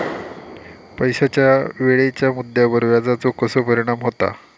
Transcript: पैशाच्या वेळेच्या मुद्द्यावर व्याजाचो कसो परिणाम होता